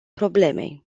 problemei